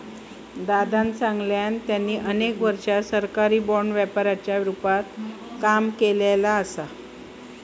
दादानं सांगल्यान, त्यांनी अनेक वर्षा सरकारी बाँड व्यापाराच्या रूपात काम केल्यानी असा